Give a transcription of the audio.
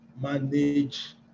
manage